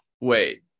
Wait